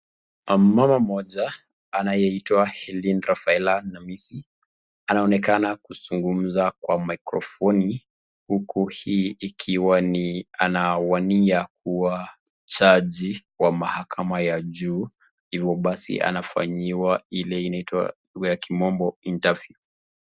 Mama mmoja anayeitwa Helene Rafaela Namisi anaonekana kuzungumza kwa maikrofoni huku hii ikiwa ni anawania kuwa jaji wa mahakama ya juu, ivo basi anafanyiwa ile inaitwa kwa kimombo Interview .